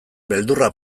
beldurra